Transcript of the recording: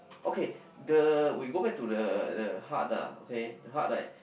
okay the we go back to the the heart ah okay the heart right